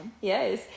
Yes